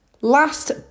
Last